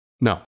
No